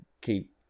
keep